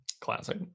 classic